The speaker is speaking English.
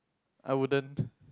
I wouldn't